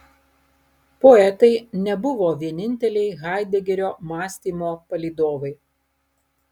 poetai nebuvo vieninteliai haidegerio mąstymo palydovai